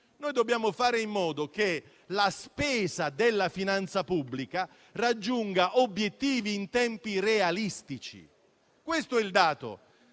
Noi dobbiamo fare in modo che la spesa della finanza pubblica raggiunga obiettivi in tempi realistici. Questo è il dato.